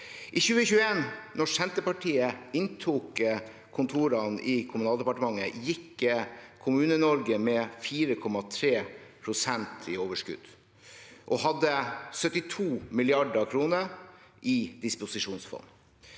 I 2021, da Senterpartiet inntok kontorene i Kommunaldepartementet, gikk KommuneNorge med 4,3 pst. i overskudd og hadde 72 mrd. kr i disposisjonsfond